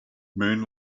moon